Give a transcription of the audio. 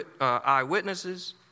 eyewitnesses